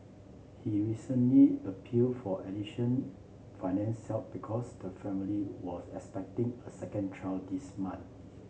he recently appeal for addition finance help because the family was expecting a second child this month